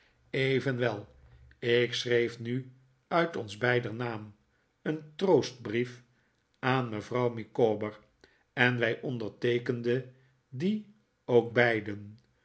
evenwel ik schreef nu uit ons beider naam een troostbrief aan mevrouw micawber en wij onderteekenden dien ook beiden